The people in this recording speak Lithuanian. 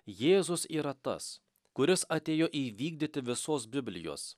jėzus yra tas kuris atėjo įvykdyti visos biblijos